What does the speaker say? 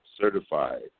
certified